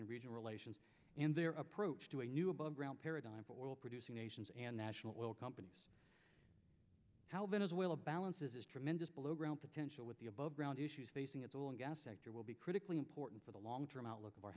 and region relations and their approach to a new aboveground paradigm for oil producing nations and national oil company how venezuela balances is tremendous below ground potential with the above ground issues facing its oil and gas sector will be critically important for the long term outlook